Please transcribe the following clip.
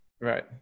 right